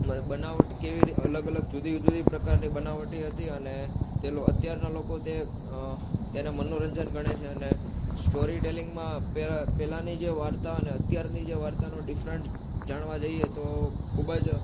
બનાવટ કેવી અલગ અલગ જુદી જુદી પ્રકારની બનાવટ હતી અને તે અત્યારનાં લોકો તે તેને મનોરંજન ગણે છે અને સ્ટોરીટેલિંગમાં પહેલાંની જે વાર્તા અને અત્યારની જે વાર્તાનો ડિફરન્ટ જાણવા જઈએ તો ખૂબ જ